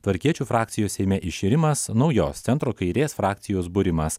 tvarkiečių frakcijos seime iširimas naujos centro kairės frakcijos būrimas